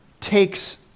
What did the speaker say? takes